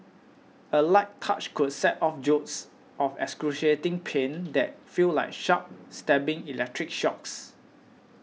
a light touch could set off jolts of excruciating pain that feel like sharp stabbing electric shocks